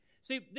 See